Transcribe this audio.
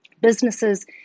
Businesses